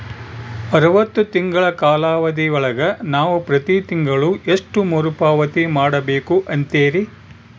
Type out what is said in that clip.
ಅರವತ್ತು ತಿಂಗಳ ಕಾಲಾವಧಿ ಒಳಗ ನಾವು ಪ್ರತಿ ತಿಂಗಳು ಎಷ್ಟು ಮರುಪಾವತಿ ಮಾಡಬೇಕು ಅಂತೇರಿ?